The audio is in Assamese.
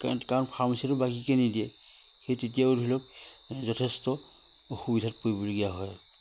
কাৰণ ফাৰ্মাচীতটো বাকীকে নিদিয়ে সেই তেতিয়াও ধৰি লওক যথেষ্ট অসুবিধাত পৰিবলগীয়া হয়